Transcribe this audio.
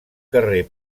carrer